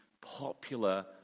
popular